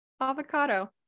avocado